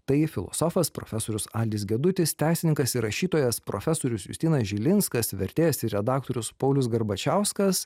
tai filosofas profesorius aldis gedutis teisininkas ir rašytojas profesorius justinas žilinskas vertėjas ir redaktorius paulius garbačiauskas